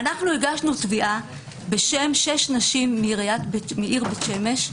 הגשנו תביעה בשם שש נשים מהעיר בית שמש,